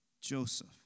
Joseph